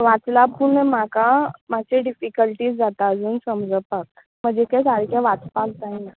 वाचला पूण म्हाका मात्शीं डिफीकल्टीज जातात नी समजपाक माजें तें सारकें वाचपाक जायनां